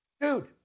dude